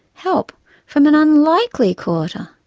help from an unlikely quarter,